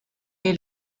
est